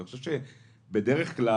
אני חושב שבדרך כלל,